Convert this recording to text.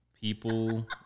People